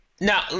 now